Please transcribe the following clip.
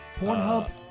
Pornhub